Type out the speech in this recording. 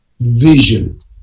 vision